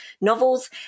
novels